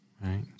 Right